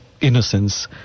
innocence